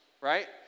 Right